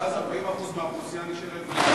ואז 40% מהאוכלוסייה נשארים בלי.